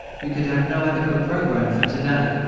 we could have no adequate programme for to-day,